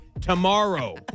tomorrow